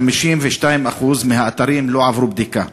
ו-52% מהאתרים לא עברו בדיקה.